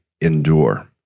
endure